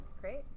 great